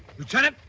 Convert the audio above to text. lieutenant,